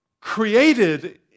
Created